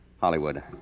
Hollywood